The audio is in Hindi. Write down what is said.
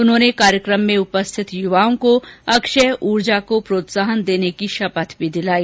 उन्होंने कार्यक्रम में उपस्थित युवाओं को अक्षय ऊर्जा को प्रोत्साहन देने की शपथ भी दिलाई